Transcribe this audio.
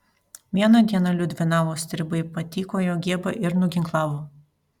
vieną dieną liudvinavo stribai patykojo giebą ir nuginklavo